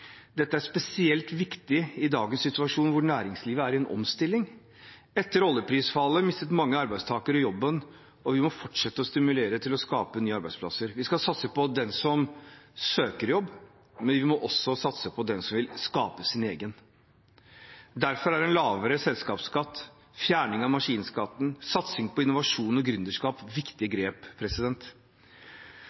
Dette er spesielt viktig i dagens situasjon, hvor næringslivet er i en omstilling. Etter oljeprisfallet mistet mange arbeidstakere jobben, og vi må fortsette å stimulere til å skape nye arbeidsplasser. Vi skal satse på den som søker jobb, men vi må også satse på den som vil skape sin egen. Derfor er en lavere selskapsskatt, fjerning av maskinskatten og satsing på innovasjon og gründerskap viktige grep.